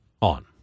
on